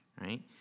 right